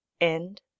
End